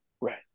Right